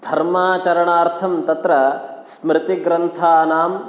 धर्माचरणार्थं तत्र स्मृतिग्रन्थानां